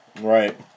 Right